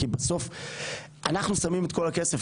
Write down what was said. כי בסוף אנחנו שמים את כל הכסף,